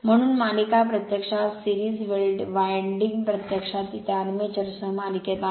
म्हणून मालिका प्रत्यक्षात सिरीज वायंडिंग प्रत्यक्षात ती त्या आर्मेचर सह मालिकेत आहे